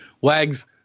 Wags